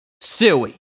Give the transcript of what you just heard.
suey